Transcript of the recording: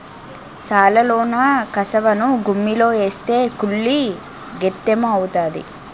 సాలలోన కసవను గుమ్మిలో ఏస్తే కుళ్ళి గెత్తెము అవుతాది